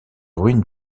ruines